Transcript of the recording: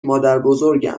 مادربزرگم